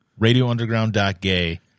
radiounderground.gay